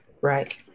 Right